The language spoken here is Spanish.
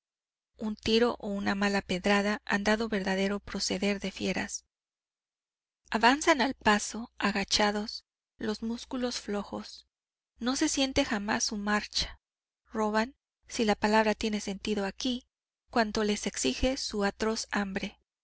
oficio un tiro o una mala pedrada han dado verdadero proceder de fieras avanzan al paso agachados los músculos flojos no se siente jamás su marcha roban si la palabra tiene sentido aquí cuánto les exige su atroz hambre